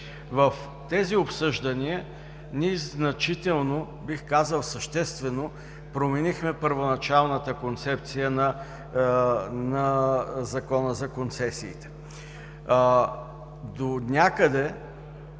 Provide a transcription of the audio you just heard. В тези обсъждания ние значително, бих казал, съществено, променихме първоначалната концепция на Закона за концесиите. Донякъде,